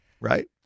Right